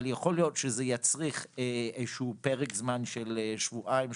אבל יכול להיות שזה יצריך איזשהו פרק זמן של שבועיים,